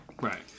Right